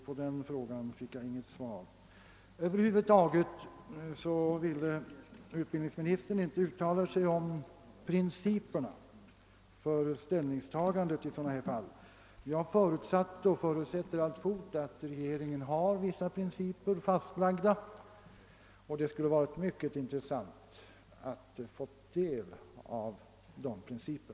På denna fråga fick jag inte något svar. Över huvud taget ville utbildningsministern inte uttala sig om principerna för ställningstagandet till sådana fall som det aktuella. Jag förutsatte och förutsätter alltfort att regeringen har vissa principer fastlagda, och det skulle ha varit mycket intressant att få ta del av dessa principer.